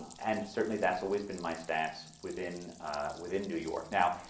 and certainly that's always been my stance within within new york. now,